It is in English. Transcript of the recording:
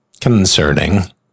concerning